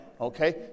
okay